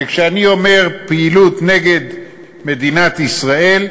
וכשאני אומר "פעילות נגד מדינת ישראל",